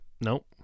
Nope